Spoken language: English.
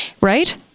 right